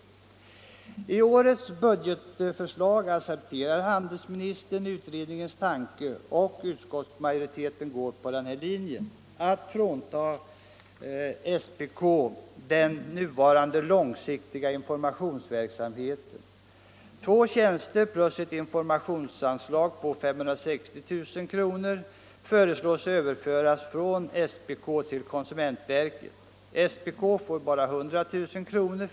I årets budgetförslag accepterar handelsministern utredningens tanke, och utskottsmajoriteten följer denna linje, att frånta SPK den nuvarande långsiktiga informationsverksamheten. Två tjänster plus ett informationsanslag på 560 000 kr. föreslås överföras från SPK till konsument verket. SPK får bara 100 000 kr.